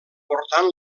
portant